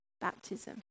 baptism